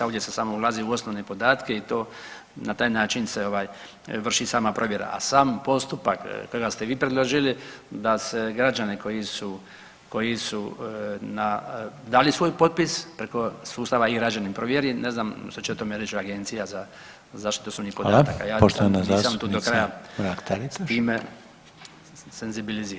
Ovdje se samo ulazi u osnovne podatke i to na taj način se vrši sama provjera, a sam postupak kojega ste vi predložili da se građani koji su dali svoj potpis preko sustava e-građani provjeri ne znam što će o tome reći Agencija za zaštitu osobnih podataka [[Upadica Reiner: Hvala.]] Ja nisam tu do kraja s time senzibiliziran.